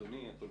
הכי